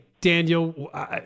Daniel